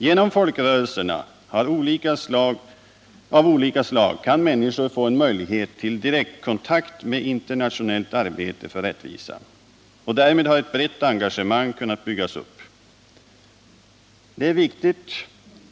Genom folkrörelser av olika slag kan människor få en möjlighet till direktkontakt med internationellt arbete för rättvisa, och därmed har ett brett engagemang kunnat byggas upp.